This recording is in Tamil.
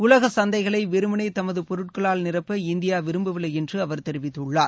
உலக சந்தைகளை வெறுமனே தமது பொருட்களால் நிரப்ப இந்தியா விரும்பவில்லை என்று அவர் தெரிவித்துள்ளார்